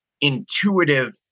intuitive